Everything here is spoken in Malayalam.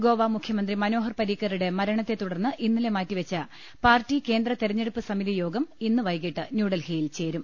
ഗോവ മുഖ്യമന്ത്രി മനോഹർ പരീ ക്കറുടെ മരണത്തെ തുടർന്ന് ഇന്നലെ മാറ്റിവെച്ച പാർട്ടി കേന്ദ്ര തെരഞ്ഞെ ടുപ്പ് സമിതി യോഗം ഇന്ന് വൈകീട്ട് ന്യൂഡൽഹിയിൽ ചേരും